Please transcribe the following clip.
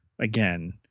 again